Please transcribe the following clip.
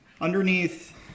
Underneath